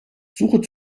suche